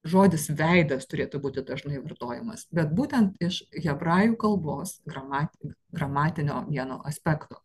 žodis veidas turėtų būti dažnai vartojamas bet būtent iš hebrajų kalbos gramatika gramatinio vieno aspekto